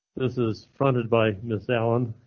this is fronted by miss allen.